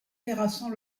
terrassant